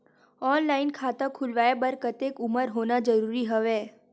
Online खाता खुलवाय बर कतेक उमर होना जरूरी हवय?